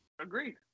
Agreed